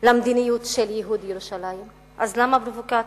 למדיניות ייהוד ירושלים, אז למה פרובוקציה?